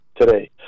today